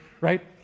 right